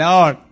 Lord